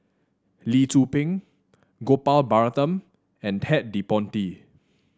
Lee Tzu Pheng Gopal Baratham and Ted De Ponti